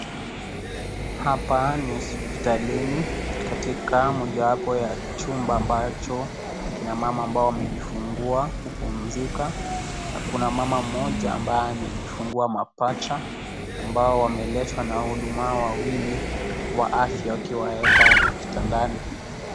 Hapa ni hospitalini katika mojawapo ya chumba ambacho kina mama ambao wamejifungua hupumzika na kuna mama mmoja ambaye amejifungua mapaja ambao wameletwa na wahuduma wawili wa afya wakiwaweka kitandani